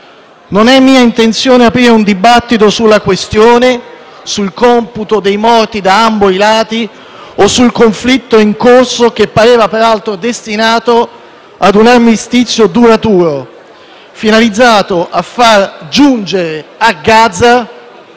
Non è mia intenzione aprire un dibattito sulla questione, sul computo dei morti da ambo i lati o sul conflitto in corso, che pareva peraltro destinato a un armistizio duraturo, finalizzato a far giungere il gas